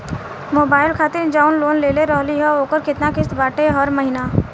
Mobile खातिर जाऊन loan लेले रहनी ह ओकर केतना किश्त बाटे हर महिना?